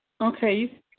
Okay